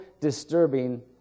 disturbing